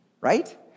right